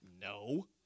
No